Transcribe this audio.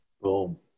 Boom